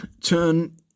turn